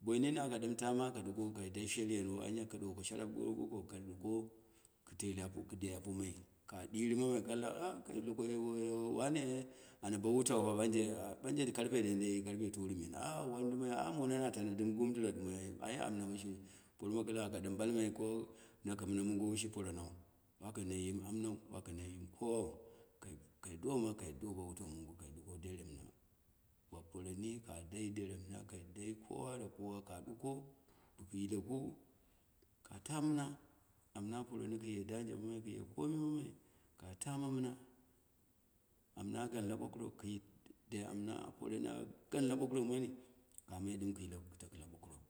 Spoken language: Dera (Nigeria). bai nane da ɗim tama, kai dai sheriyomwo anya, ko ɗuwoko shavopbo poko kaduko ka tele ku dai apomai, kai diri mamai kalla a kai doko wane e gna bo wanta pa banje, banje karfe diyadai karfe tarumen mono na tano dɨm gum dura ɗumoi ai amna woshi pauma kɨlang aka ɗɨn balmai ko, nako mɗma mengo woshi joranan, waka nai yim amnau, waka nai yim kowau, kai doma kai do bo wutau mongo, kai duko devenɨna, bo poromika dai derenmɨma, ka doi kowa da kowa ka ɗuko ku yile kuka ta mɨma, omna a poromi kuye daje ɗumai, kuje komi momai, ka tama mɨma, amma agan la ɓokurok ku yi, ku dai amna poreri gan la ɓokurok mani, kamai ɗin kuyi lok ku taku la ɓokɨrok.